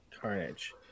Carnage